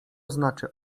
znaczy